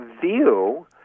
view